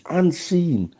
unseen